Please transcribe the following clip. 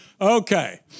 Okay